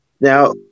Now